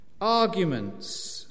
arguments